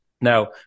Now